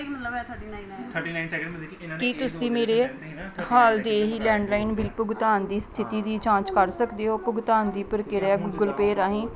ਕੀ ਤੁਸੀਂ ਮੇਰੇ ਹਾਲ ਦੇ ਹੀ ਲੈਂਡਲਾਈਨ ਬਿੱਲ ਭੁਗਤਾਨ ਦੀ ਸਥਿਤੀ ਦੀ ਜਾਂਚ ਕਰ ਸਕਦੇ ਹੋ ਭੁਗਤਾਨ ਦੀ ਪ੍ਰਕਿਰਿਆ ਗੂਗਲ ਪੇ ਰਾਹੀਂ